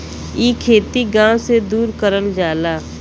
इ खेती गाव से दूर करल जाला